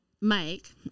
Mike